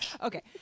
Okay